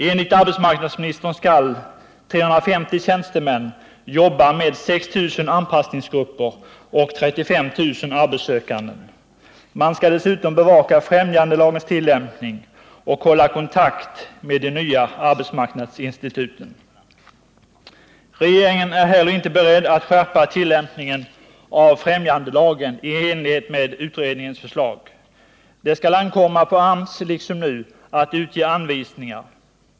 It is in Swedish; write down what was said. Enligt arbetsmarknadsministern skall 350 nya tjänstemän jobba med 6 000 anpassningsgrupper och 35 000 arbetssökande, bevaka främjandelagens tillämpning och hålla kontakt med de nya arbetsmarknadsinstituten. Regeringen är inte heller beredd att skärpa tillämpningen av främjandelagen i enlighet med utredningens förslag. Det skall ankomma på AMS, liksom nu, att utge anvisningar.